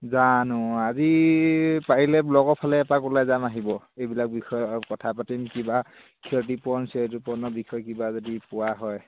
জানো আজি পাৰিলে ব্লকৰ ফালে এপাক ওলাই যাম আহিব এইবিলাক বিষয়ে কথা পাতিম কিবা ক্ষতিপূৰণ চ্যতিপূৰণৰ বিষয়ে কিবা যদি পোৱা হয়